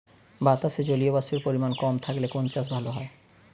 বাতাসে জলীয়বাষ্পের পরিমাণ কম থাকলে কোন চাষ ভালো হয়?